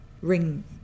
ring